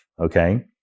Okay